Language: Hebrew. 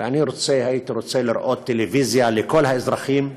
ואני הייתי רוצה לראות טלוויזיה לכל האזרחים,